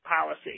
policy